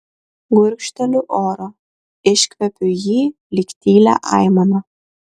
gurkšteliu oro iškvepiu jį lyg tylią aimaną